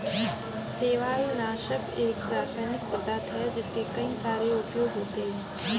शैवालनाशक एक रासायनिक पदार्थ है जिसके कई सारे उपयोग होते हैं